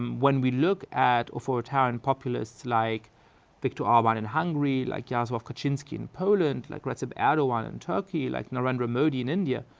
um when we look at authoritarian populists like vicktor orban in hungary, like jaroslaw kaczynski in poland, like recep erdogan in turkey, like narendra modi in india,